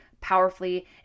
powerfully